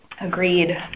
Agreed